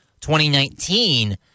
2019